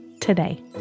today